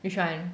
which one